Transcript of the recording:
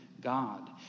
God